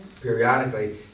periodically